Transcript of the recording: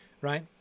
Right